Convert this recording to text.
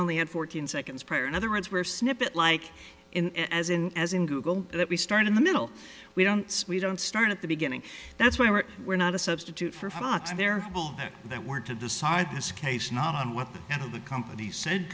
only had fourteen seconds prior in other words where snippet like in as in as in google that we start in the middle we don't sweep don't start at the beginning that's why we were not a substitute for fox there that were to decide this case not on what the end of the company said